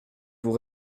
vous